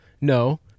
No